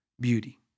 beauty